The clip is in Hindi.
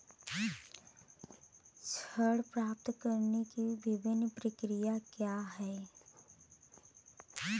ऋण प्राप्त करने की विभिन्न प्रक्रिया क्या हैं?